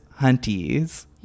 Hunties